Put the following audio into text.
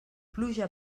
pluja